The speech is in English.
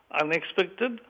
unexpected